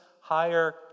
higher